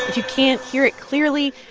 you can't hear it clearly,